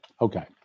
Okay